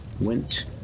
went